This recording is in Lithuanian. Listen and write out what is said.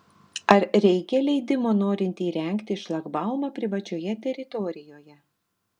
ar reikia leidimo norint įrengti šlagbaumą privačioje teritorijoje